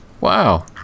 Wow